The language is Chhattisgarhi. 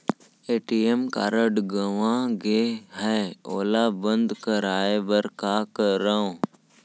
ए.टी.एम कारड गंवा गे है ओला बंद कराये बर का करंव?